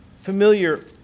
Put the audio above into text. familiar